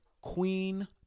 queen